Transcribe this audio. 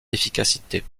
efficacité